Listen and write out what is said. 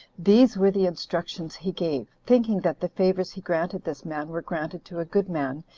these were the instructions he gave, thinking that the favors he granted this man were granted to good man,